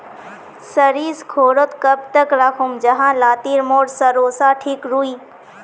सरिस घोरोत कब तक राखुम जाहा लात्तिर मोर सरोसा ठिक रुई?